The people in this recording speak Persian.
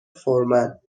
فورمن